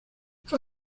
fue